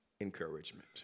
encouragement